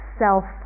self